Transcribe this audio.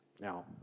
Now